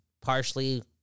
partially